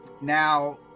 now